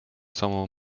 самого